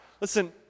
Listen